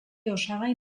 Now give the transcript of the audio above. osagai